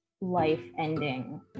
life-ending